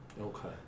Okay